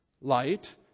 light